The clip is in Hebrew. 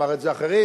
אמרו את זה אחרים,